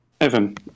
Evan